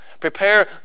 Prepare